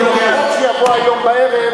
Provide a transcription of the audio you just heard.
למרות שיבוא היום בערב,